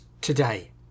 today